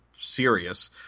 serious